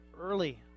early